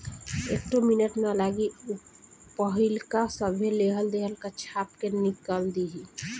एक्को मिनट ना लागी ऊ पाहिलका सभे लेहल देहल का छाप के निकल दिहि